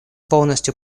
полностью